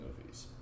movies